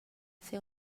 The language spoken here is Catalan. fer